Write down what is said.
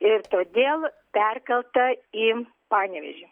ir todėl perkelta į panevėžį